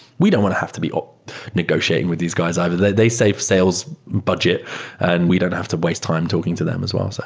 we don't want to have to be negotiating with these guys either. they they save sales budget and we don't have to waste time talking to them as well. so